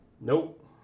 nope